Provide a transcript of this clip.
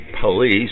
police